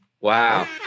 Wow